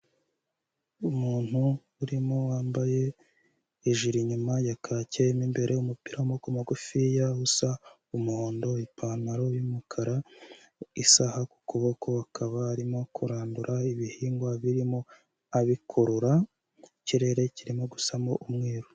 Umuntu urimo wambaye ijiri inyuma ya kaki, mo imbere umupira w'amaboko magufiya, usa umuhondo, ipantaro y'umukara, isaha ku kuboko, akaba arimo kurandura ibihingwa birimo abikurura, ikirere kirimo gusamo umweru.